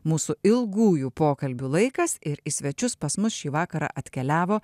mūsų ilgųjų pokalbių laikas ir į svečius pas mus šį vakarą atkeliavo